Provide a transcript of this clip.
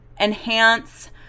enhance